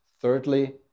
thirdly